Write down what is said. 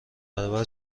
برابر